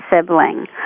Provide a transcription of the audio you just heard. sibling